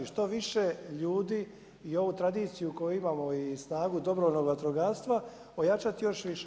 Što više ljudi i ovu tradiciju koju imamo i snagu dobrovoljnog vatrogastva ojačati još više.